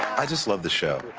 i just love the show.